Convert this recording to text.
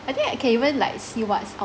I think I can even like see what's